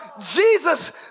Jesus